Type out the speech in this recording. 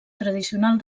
tradicional